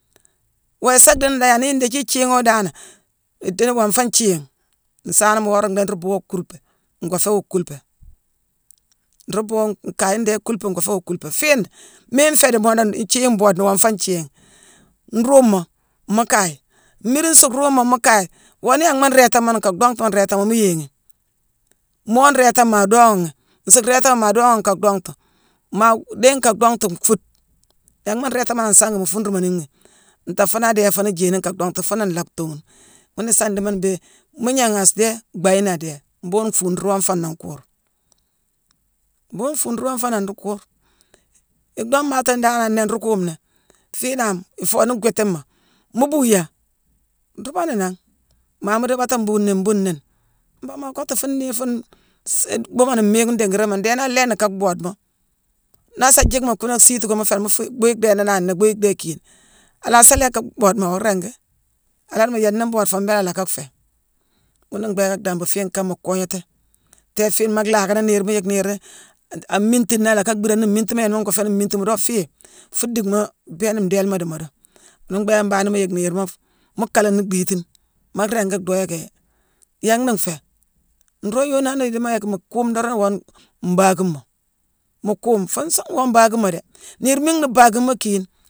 Woo isa dhii nlééni hii ndééthii nthiighoowu danane idini ni wongfoone nthiigh. Nsaanooma wora ndhééne nruu bhuu woo kuurpé, ngoo féé woo kuulpé. Nruu buuwoo nkayi ndéé kuulepé, ngoo féé wuu kuulepé. Fiine, miine nféédi moodo ithiigh mboodeni wongfoone nthiigh: nruumoo, mu kaye, mmiide nsuu ruumoo mu kaye, woo nii yanghma nréétamooni nka dongtuma nréétamoo mu yééghi. Moo nréétane maa doogha ghi, nsuu réétamoo maa doogha nka dhongtu, maa dhéye nka dhongtu nfude; gnanghma nréétamooni ans ansgi, mu fuurumanime ghi. Ntaa fuuna adéé fuune jééni nka dongtu, fuuna nlaa tuughune. Ghuna isa ndiimo mbéé: mu gnangh asuun adéé, bhaayine adéé, mbhuughune nfuune nruu wongfoone nruu wongfoone an kuur. Mbhuughune nfuune nruu wongfoonowu nruu kuur. Yéé dhoomaatoonowu danane nnéé nruu kuumni, fiinangh ifooni gwiitima. Mu buu yéé, nruumani nangh. Maa mu dii baata mbuu nééne mbuu nééne, mbon maa kottu fuune niir fuune-si-bhuumo ni mmiigh ndiigirima, ndééne alééni ka bhoodemoo. Naasa jiickmoo kuuna asiiti kuune mu fééni-féé bhiiyi dhéé néénangh nnéé, bhiiyi dhéé kiighine. Alaasa lééni ka bhoode moo, awoo ringi. Ala diimoo yéé nii mboode foo, mbééla alacka fhéé. Ghuuna mbhééké dhambu fiine kane koognati. Téé fiine, maa lhaakani niirma yicki niir-a-mmiitine alacka bhiirani, mmiitima yééna ngoo fééni mmiitima. Mu doo fiiye, fuu dickma bééne ndééle dii moodo. Ghuna mbhééké mbangh nii mu yick niirma-fu-mu kaalani dhiitine. Ma riingi dhoo yicki yangh na nféé. Nroog yooni hani idiimo yicki mu kuume doorong, woo mbaakimo. Mu kuume fuune song woo mbaakimo déé. Niir miigh la bhaakimo kiighine